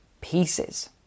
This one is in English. pieces